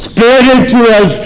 Spiritual